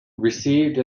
received